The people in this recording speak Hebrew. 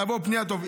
לעבור פנייה-פנייה.